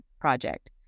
project